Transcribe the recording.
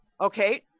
okay